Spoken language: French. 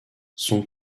son